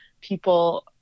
people